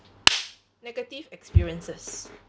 negative experiences